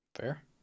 fair